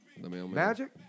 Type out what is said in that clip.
Magic